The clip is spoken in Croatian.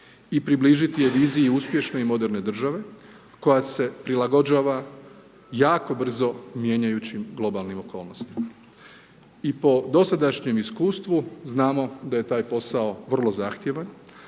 i približiti viziju uspješne i moderne države, koja se prilagođava jako brzo mijenjajući globalnim okolnostima. I po dosadašnjem iskustvu, znamo da je taj posao vrlo zahtjevan,